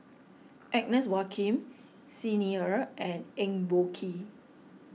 Agnes Joaquim Xi Ni Er and Eng Boh Kee